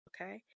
Okay